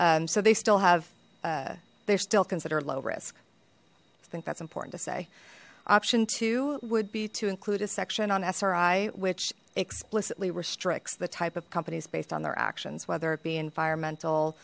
so they still have they're still considered low risk i think that's important to say option two would be to include a section on s ri which explicitly restricts the type of companies based on their actions whether it be environmental